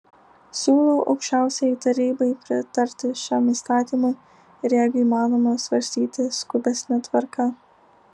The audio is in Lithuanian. siūlau aukščiausiajai tarybai pritarti šiam įstatymui ir jeigu įmanoma svarstyti skubesne tvarka